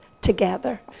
together